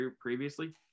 previously